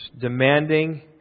demanding